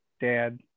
dad